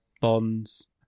Bonds